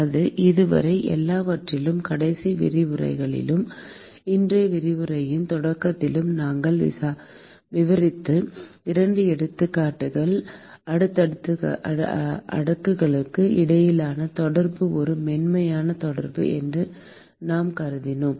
ஆக இதுவரை எல்லாவற்றிலும் கடைசி விரிவுரையிலும் இன்றைய விரிவுரையின் தொடக்கத்திலும் நாம் விவரித்த இரண்டு எடுத்துக்காட்டுகள் அடுக்குகளுக்கு இடையிலான தொடர்பு ஒரு மென்மையான தொடர்பு என்று நாம் கருதினோம்